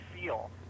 feel